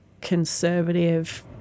conservative